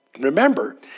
Remember